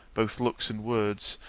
both looks and words,